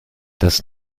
das